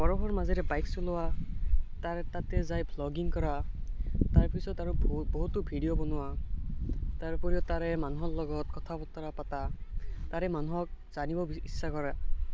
বৰফৰ মাজেৰে বাইক চলোৱা তাৰ তাতে যাই ব্লগিং কৰা তাৰপিছত আৰু বহুতো ভিডিঅ' বনোৱা তাৰোপৰিও তাৰ মানুহৰ লগত কথা বতৰা পতা তাৰে মানুহক জানিব ইচ্ছা কৰা